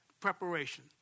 preparation